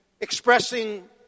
expressing